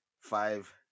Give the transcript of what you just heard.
five